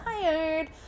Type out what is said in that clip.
tired